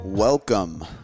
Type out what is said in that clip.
Welcome